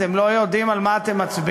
אתם לא יודעים על מה אתם מצביעים,